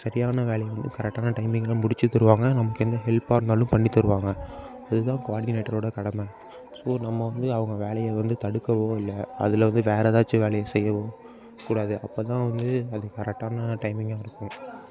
சரியான வேலையை வந்து கரெக்டான டைமிங்கில் முடிச்சு தருவாங்க நமக்கு எந்த ஹெல்ப்பாக இருந்தாலும் பண்ணி தருவாங்க இது தான் கோஆர்டினேட்டரோட கடமை ஸோ நம்ம வந்து அவங்க வேலையை வந்து தடுக்கவோ இல்லை அதில் வந்து வேறு எதாச்சு வேலையை செய்யவோ கூடாது அப்போ தான் வந்து அது கரெக்டான டைமிங்காக இருக்கும்